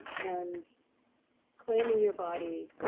and claiming your body,